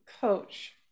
coach